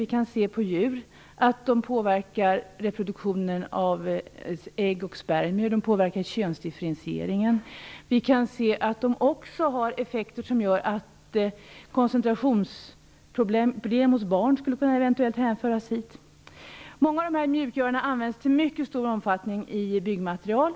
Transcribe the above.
De har visat sig påverka reproduktionen av ägg och spermier hos djur, de påverkar könsdifferentieringen. De har också effekter som gör att koncentrationsproblem hos barn eventuellt skulle kunna hänföras till deras påverkan. Många av de här mjukgörarna används i mycket stor omfattning i byggmaterial.